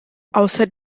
außer